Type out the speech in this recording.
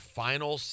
final